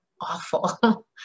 awful